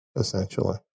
essentially